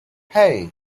hey